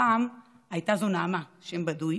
הפעם הייתה זו נעמה, שם בדוי: